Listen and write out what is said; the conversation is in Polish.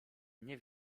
nie